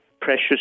precious